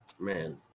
Man